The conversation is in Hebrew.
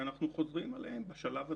ואנחנו חוזרים עליהן בשלב הזה.